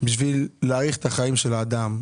בשביל להאריך את החיים של האדם,